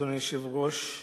אדוני היושב-ראש,